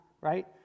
right